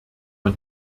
man